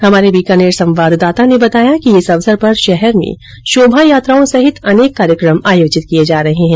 हमारे बीकानेर संवाददाता ने बताया कि इस अवसर पर शहर में शोभायात्राओं सहित अनेक कार्यक्रम आयोजित किए जा रहे है